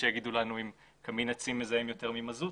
שיגידו לנו אם קמין עצים מזהם יותר ממזוט.